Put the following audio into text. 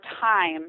time